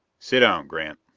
sit down, grant.